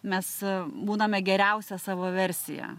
mes būname geriausia savo versija